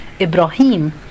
Ibrahim